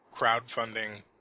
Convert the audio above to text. crowdfunding